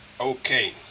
Okay